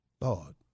Lord